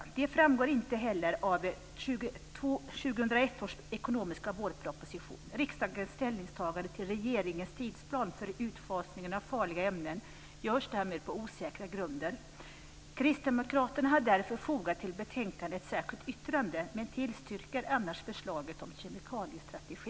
Detta framgår inte heller av 2001 års ekonomiska vårproposition. Riksdagens ställningstagande till regeringens tidsplan för utfasningen av farliga ämnen görs därmed på osäkra grunder. Kristdemokraterna har därför fogat till betänkandet ett särskilt yttrande men tillstyrker annars förslaget om kemikaliestrategi.